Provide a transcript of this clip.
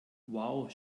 wow